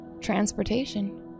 transportation